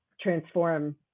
transform